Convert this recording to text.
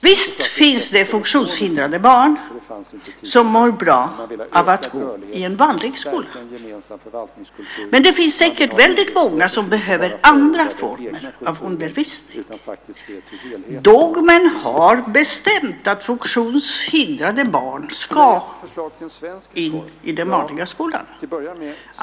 Visst finns det funktionshindrade barn som mår bra av att gå i en vanlig skola, men det finns säkert väldigt många som behöver andra former av undervisning. Dogmen har bestämt att funktionshindrade barn ska in i den vanliga skolan.